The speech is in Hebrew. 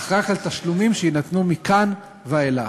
אך רק על תשלומים שיינתנו מכאן ואילך.